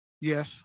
Yes